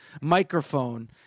microphone